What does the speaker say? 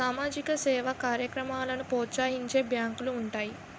సామాజిక సేవా కార్యక్రమాలను ప్రోత్సహించే బ్యాంకులు ఉంటాయి